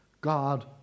God